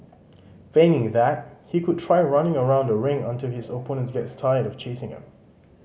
failing that he could try running around the ring until his opponent gets tired of chasing him